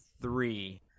three